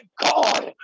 God